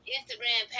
Instagram